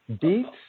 beets